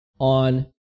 on